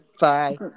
Bye